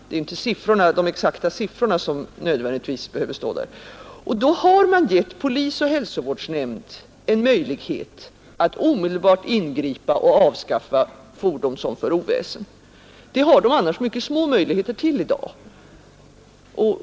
Det är ju inte de exakta siffrorna som nödvändigtvis behöver stå där. Då har man gett polis och hälsovårdsnämnd en möjlighet att omedelbart ingripa och avskaffa fordon som för oväsen. Det har man annars mycket små möjligheter till i dag.